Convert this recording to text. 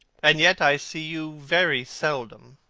and yet i see you very seldom,